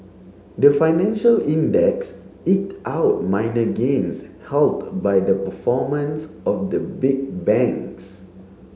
the financial index eked out minor gains helped by the performance of the big banks